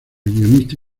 guionista